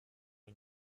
est